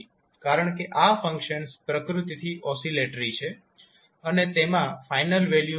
કારણ કે આ ફંક્શન્સ પ્રકૃતિથી ઓસીલેટરી છે અને તેમાં ફાઇનલ વેલ્યુઝ નથી